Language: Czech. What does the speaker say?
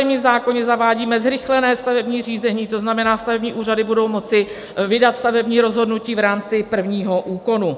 Ve stavebním zákoně zavádíme zrychlené stavební řízení, to znamená, stavební úřady budou moci vydat stavební rozhodnutí v rámci prvního úkonu.